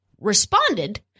responded